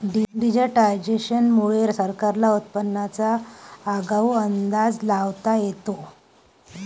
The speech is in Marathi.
डिजिटायझेशन मुळे सरकारला उत्पादनाचा आगाऊ अंदाज लावता येतो